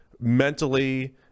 mentally